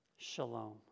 Shalom